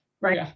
right